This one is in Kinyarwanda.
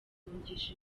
guhungisha